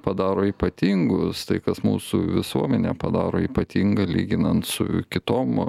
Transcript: padaro ypatingus tai kas mūsų visuomenę padaro ypatingą lyginant su kitom